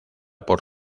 por